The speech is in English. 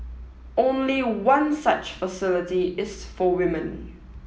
only one such facility is for women